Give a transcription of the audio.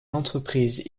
l’entreprise